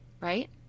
right